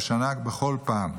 בשנה בכל פעם,